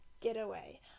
getaway